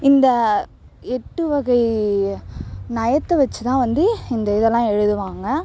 இந்த எட்டு வகை நயத்தை வச்சு தான் வந்து இந்த இதெல்லாம் எழுதுவாங்க